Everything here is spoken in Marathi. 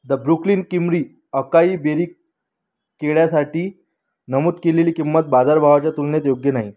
the Brooklyn creamery acai berry केळ्यासाठी नमूद केलेली किंमत बाजारभावाच्या तुलनेत योग्य नाही